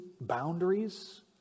boundaries